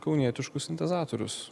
kaunietiškus sintezatorius